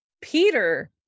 Peter